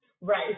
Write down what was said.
Right